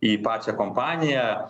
į pačią kompaniją